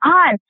on